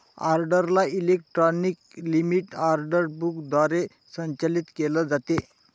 ऑर्डरला electronic limit order book द्वारे संचालित केलं जातं